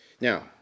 Now